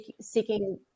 seeking